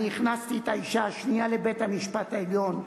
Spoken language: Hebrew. אני הכנסתי את האשה השנייה לבית-המשפט העליון.